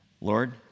Lord